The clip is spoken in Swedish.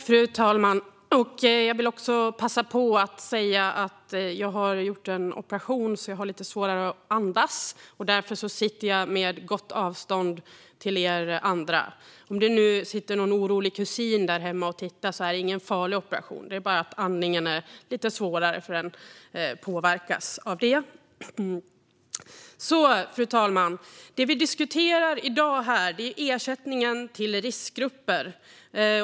Fru talman! Jag vill passa på att säga att jag har gjort en operation, så jag har lite svårare att andas. Därför sitter jag med gott avstånd till er andra. Om det nu sitter någon orolig kusin där hemma och tittar på detta kan jag säga: Det är ingen farlig operation. Det är bara lite svårare med andningen, för den påverkas av detta. Fru talman! Det vi diskuterar i dag är ersättning till riskgrupper.